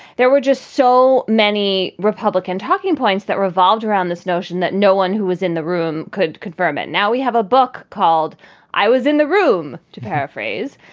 there were just so many republican talking points that revolved around this notion that no one who was in the room could confirm it. now we have a book called i was in the room, to paraphrase.